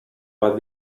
bat